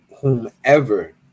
whomever